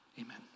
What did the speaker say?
amen